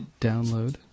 download